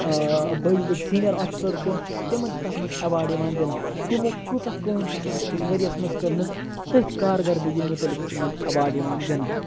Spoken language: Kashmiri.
بٔرۍ بٔڑۍ سینیَر آفسٲرٕس چھِ تِمَن چھِ تَتھ مَنٛز ایٚواڈ یِوان دِنہٕ تِمو کۭژَاہ کٲم چھِ آسان أکِس ؤرۍ یَس مَنٛز کٔرمٕژ تٔتھۍ کار کردگی مُتعلِق چھُ تِمَن ایٚواڈ یِوان دِنہٕ